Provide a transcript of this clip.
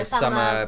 summer